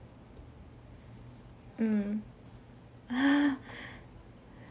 mmhmm !wah!